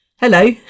Hello